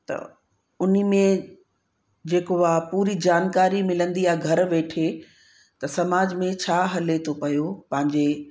त उन में जेको आहे पूरी जानकारी मिलंदी आहे घर वेठे त समाज में छा हले थो पियो पंहिंजे